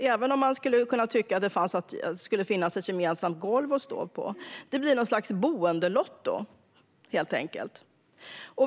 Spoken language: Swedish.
även om man skulle kunna tycka att det borde finnas ett gemensamt golv att stå på. Det blir helt enkelt något slags boendelotto.